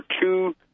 two